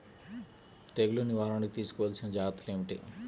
తెగులు నివారణకు తీసుకోవలసిన జాగ్రత్తలు ఏమిటీ?